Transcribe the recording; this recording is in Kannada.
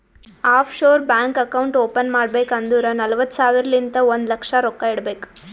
of sure bank account open ಮಾಡ್ಬೇಕ್ ಅಂದುರ್ ನಲ್ವತ್ತ್ ಸಾವಿರಲಿಂತ್ ಒಂದ್ ಲಕ್ಷ ರೊಕ್ಕಾ ಇಡಬೇಕ್